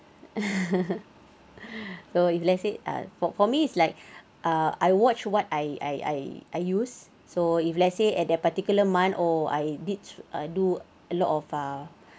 so if let's say ah for for me is like err I watch what I I I use so if let's say at that particular month oh I did do a lot of uh ah